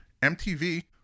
MTV